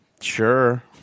sure